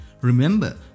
Remember